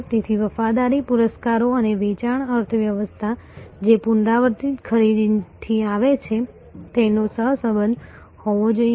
તેથી વફાદારી પુરસ્કારો અને વેચાણ અર્થવ્યવસ્થા જે પુનરાવર્તિત ખરીદીથી આવે છે તેનો સહસંબંધ હોવો જોઈએ